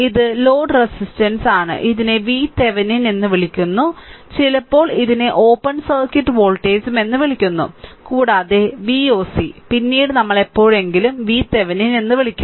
ഇത് load resistance ആണ് ഇതിനെ vThevenin എന്ന് വിളിക്കുന്നു ചിലപ്പോൾ ഇതിനെ ഓപ്പൺ സർക്യൂട്ട് വോൾട്ടേജ് എന്നും വിളിക്കുന്നു കൂടാതെ v oc പിന്നീട് നമ്മൾ എപ്പോഴെങ്കിലും vThevenin എന്ന് വിളിക്കും